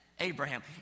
Abraham